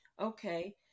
okay